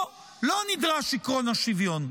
פה לא נדרש עקרון השוויון,